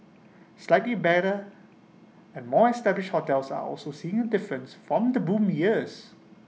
slightly better and more established hotels are also seeing A difference from the boom years